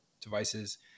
devices